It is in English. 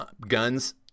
guns